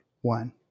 One